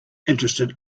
interested